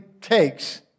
takes